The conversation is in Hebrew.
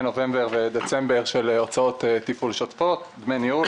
נובמבר ודצמבר של הוצאות תפעול שוטפות דמי ניהול,